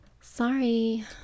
Sorry